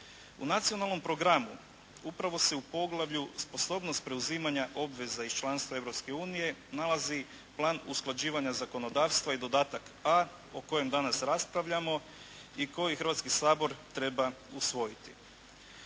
U nacionalnom programu upravo se u poglavlju sposobnost preuzimanja obveza iz članstva Europske unije nalazi plan usklađivanja zakonodavstva i dodatak A o kojem danas raspravljamo i koji Hrvatski sabor treba usvojiti.